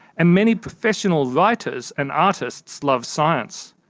and many professional writers and artists love science.